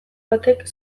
batek